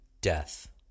death